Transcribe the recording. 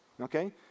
okay